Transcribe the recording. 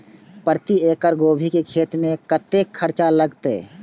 प्रति एकड़ गोभी के खेत में कतेक खर्चा लगते?